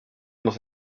nos